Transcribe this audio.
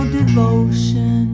devotion